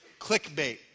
clickbait